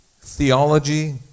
theology